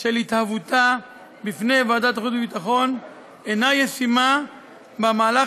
של התהוותה בפני ועדת החוץ והביטחון אינה ישימה במהלך